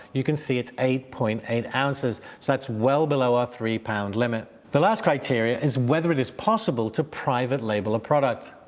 you can see it's eight point eight ounces, so that's well below our three pound limit. the last criteria is whether it is possible to private label a product.